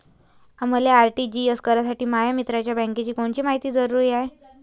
मले आर.टी.जी.एस करासाठी माया मित्राच्या बँकेची कोनची मायती जरुरी हाय?